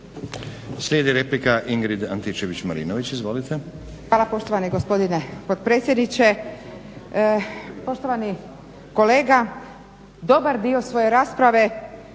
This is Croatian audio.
Izvolite. **Antičević Marinović, Ingrid (SDP)** Hvala poštovani gospodine potpredsjedniče. Poštovani kolega, dobar dio svoje rasprave